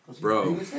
Bro